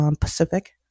Pacific